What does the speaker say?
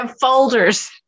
folders